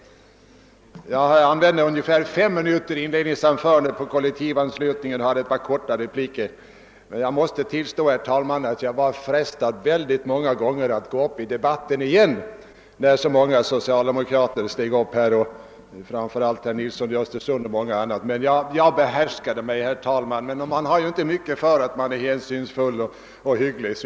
Jag använde ungefär fem minuter i inledningsanförandet angående kollektivanslutningen och hade ett par korta repliker. Jag måste tillstå, herr talman, att jag många gånger var frestad att gå upp i debatten igen, när så många socialdemokrater steg upp, särskilt herr Nilsson i Östersund, men jag behärskade mig. Men man har ju inte mycket för att man är hänsynsfull och hygglig.